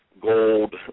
gold